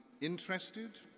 interested